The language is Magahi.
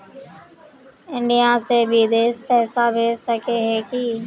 इंडिया से बिदेश पैसा भेज सके है की?